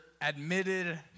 admitted